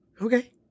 Okay